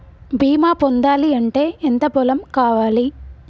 బీమా పొందాలి అంటే ఎంత పొలం కావాలి?